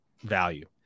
value